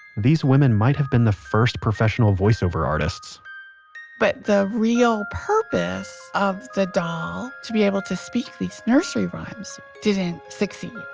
these women might have been the first professional voiceover artists but the real purpose of the doll to be able to speak these nursery rhymes didn't succeed